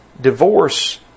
divorce